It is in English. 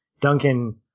Duncan